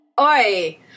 Oi